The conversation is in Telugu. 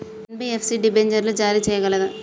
ఎన్.బి.ఎఫ్.సి డిబెంచర్లు జారీ చేయగలదా?